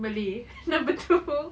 malay number two